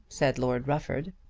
said lord rufford.